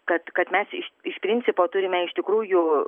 kad kad mes iš iš principo turime iš tikrųjų